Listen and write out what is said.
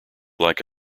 like